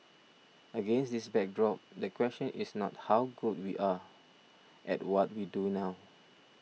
against this backdrop the question is not how good we are at what we do now